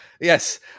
Yes